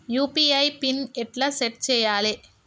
UPI pin ఎట్లా set చేయాలే?